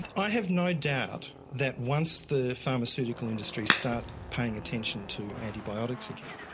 i have no doubt that once the pharmaceutical industries start paying attention to antibiotics again,